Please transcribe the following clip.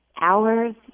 Hours